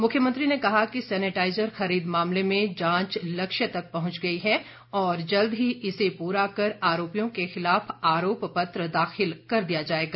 मुख्यमंत्री ने कहा कि सैनेटाइजर खरीद मामले में जांच लक्ष्य तक पहुंच गई है और जल्द ही इसे पूरा कर आरोपियों के खिलाफ आरोपपत्र दाखिल कर दिया जाएगा